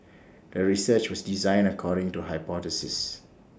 the research was designed according to the hypothesis